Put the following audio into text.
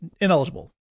ineligible